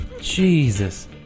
Jesus